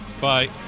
Bye